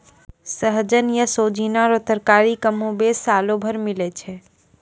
सहजन या सोजीना रो तरकारी कमोबेश सालो भर मिलै छै